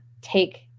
take